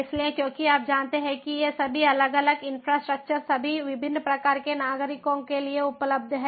इसलिए क्योंकि आप जानते हैं कि ये सभी अलग अलग इन्फ्रास्ट्रक्चर सभी विभिन्न प्रकार के नागरिकों के लिए उपलब्ध हैं